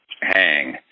hang